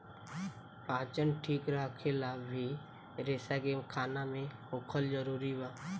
पाचन ठीक रखेला भी रेसा के खाना मे होखल जरूरी बा